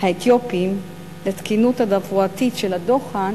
האתיופיים לתקינות התברואתית של הדוחן